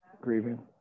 grieving